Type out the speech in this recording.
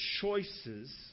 choices